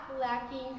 lacking